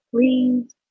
please